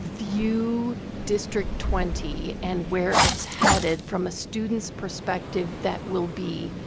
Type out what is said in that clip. view district twenty and where it's headed from a student's perspective that will be